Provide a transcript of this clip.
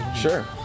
Sure